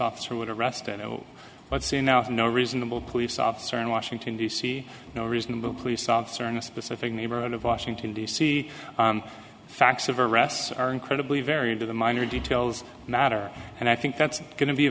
officer would arrest and let's see now if no reasonable police officer in washington d c no reasonable police officer in a specific neighborhood of washington d c facts of arrests are incredibly varied to the minor details matter and i think that's going to be a